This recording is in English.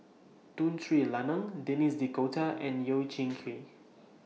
Tun Tri Lanang Denis D'Cotta and Yeo Kian Chye